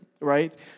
right